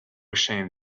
ashamed